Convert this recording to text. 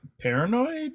paranoid